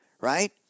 Right